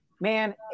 man